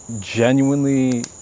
genuinely